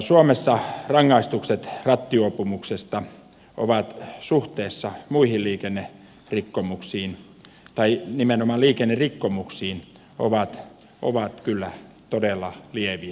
suomessa rangaistukset rattijuopumuksesta suhteessa muihin liikennerikkomuksiin tai nimenomaan liikennerikkomuksiin ovat kyllä todella lieviä